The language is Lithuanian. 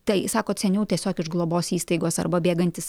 tai sakot seniau tiesiog iš globos įstaigos arba bėgantis